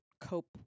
cope